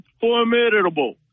formidable